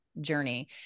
journey